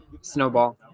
snowball